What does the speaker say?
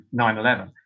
9-11